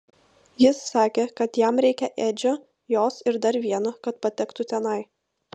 jis sakė kad jam reikia edžio jos ir dar vieno kad patektų tenai